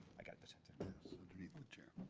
i got the underneath the chair.